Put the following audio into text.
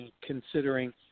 considering